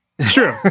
true